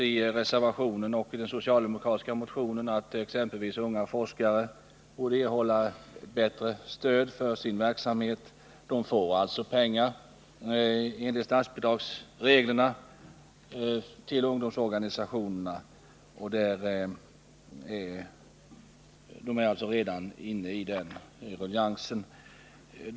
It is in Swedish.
I reservationen och i den socialdemokratiska motionen nämns att exempelvis unga forskare borde erhålla bättre stöd för sin verksamhet. De får pengar enligt statsbidragsreglerna för ungdomsorganisationer, och de är alltså redan inne i ruljangsen.